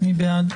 מי בעד?